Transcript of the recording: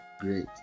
Great